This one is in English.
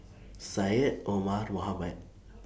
Syed Omar Mohamed